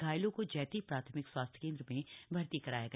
घायलों को जैंती प्राथमिक स्वास्थ्य केंद्र में भर्ती कराया गया